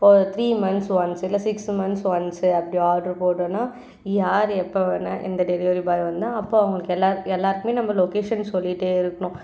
இப்போ three months once இல்லை six மந்த்ஸ்க்கு ஒன்ஸ்ஸு அப்படி ஆர்ட்ரு போடுறோன்னா யார் எப்போ வேணா எந்த டெலிவரி பாய் வந்தால் அப்போ அவங்களுக்கு எல்லா எல்லாருக்குமே நம்ம லொக்கேஷன் சொல்லிகிட்டே இருக்கணும்